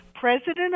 President